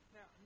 Now